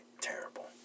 terrible